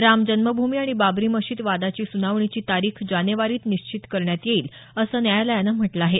राम जन्मभूमी आणि बाबरी मशीद वादाची सुनावणीची तारीख जानेवारीत निश्चित करण्यात येईल असं न्यायालयानं म्हटलं आहे